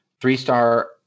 three-star